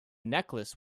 necklace